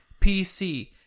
PC